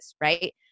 right